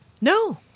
No